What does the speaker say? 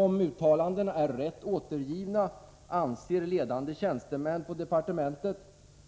Om uttalandena är rätt återgivna, anser ledande tjänstemän på departementet